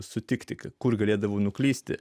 sutikti kur galėdavau nuklysti